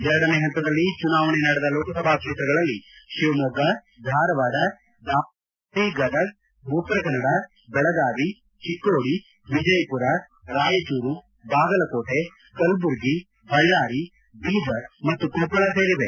ಎರಡನೇ ಪಂತದಲ್ಲಿ ಚುನಾವಣೆ ನಡೆದ ಲೋಕಸಭಾ ಕ್ಷೇತ್ರಗಳಲ್ಲಿ ಶಿವಮೊಗ್ಗ ಧಾರವಾಡ ದಾವಣಗೆರೆ ಪಾವೇರಿ ಗದಗ ಉತ್ತರ ಕನ್ನಡ ಬೆಳಗಾವಿ ಚಿಕ್ಕೋಡಿ ವಿಜಯಪುರ ರಾಯಚೂರು ಬಾಗಲಕೋಟೆ ಕಲಬುರಗಿ ಬಳ್ಳಾರಿ ಬೀದರ್ ಮತ್ತು ಕೊಪ್ಪಳ ಸೇರಿವೆ